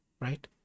right